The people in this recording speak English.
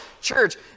church